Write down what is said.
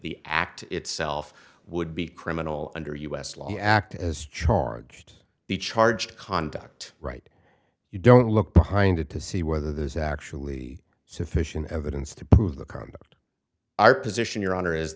the act itself would be criminal under u s law act as charged be charged conduct right you don't look behind it to see whether there's actually sufficient evidence to prove the conduct our position your honor is